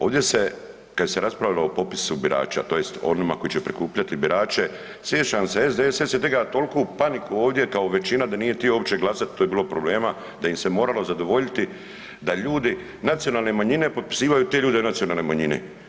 Ovdje se kad se je raspravljalo o popisu birača tj. onima koji će prikupljati birače sjećam se SDSS je diga toliku paniku ovdje kao većina da nije htio uopće glasat to je bilo problema da im se moralo zadovoljiti da ljudi nacionalne manjine popisivaju te ljude nacionalne manjine.